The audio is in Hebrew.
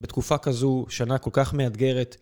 בתקופה כזו, שנה כל כך מאתגרת.